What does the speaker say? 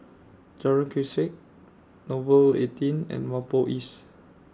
Jalan Grisek Nouvel eighteen and Whampoa East